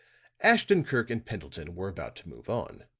ashton-kirk and pendleton were about to move on.